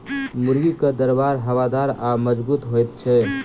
मुर्गीक दरबा हवादार आ मजगूत होइत छै